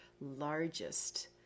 largest